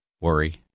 Worry